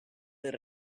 del